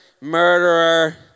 murderer